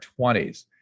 20s